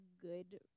good